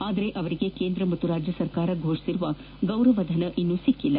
ಆದರೆ ಅವರಿಗೆ ಕೇಂದ್ರ ಮತ್ತು ರಾಜ್ಯ ಸರ್ಕಾರ ಫೋಷಿಸಿದ್ದ ಗೌರವಧನ ಇನ್ನೂ ಸಿಕ್ಕಿಲ್ಲ